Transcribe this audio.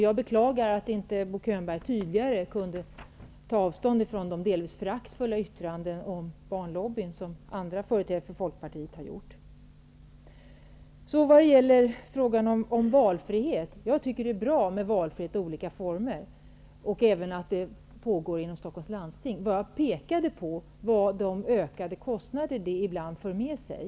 Jag beklagar att inte Bo Könberg tidigare tog avstånd från de delvis föraktfulla yttrandena om Barnlobbyn, som andra företrädare för Folkpartiet har fällt. Jag tycker att det är bra med valfrihet i olika former. Det är även bra att det pågår sådana försök inom Stockholms läns landsting. Men jag pekade på de ökade kostnader privatisering ibland för med sig.